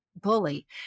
bully